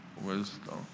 wisdom